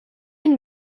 une